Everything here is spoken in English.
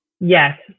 Yes